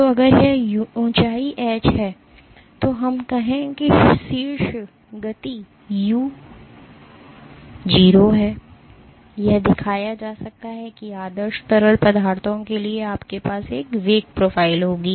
तो अगर यह ऊँचाई h है तो हम कहें कि शीर्ष गति u0 है यह दिखाया जा सकता है कि आदर्श तरल पदार्थों के लिए आपके पास एक वेग प्रोफ़ाइल होगी